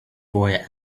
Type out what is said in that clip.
boy